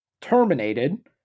Terminated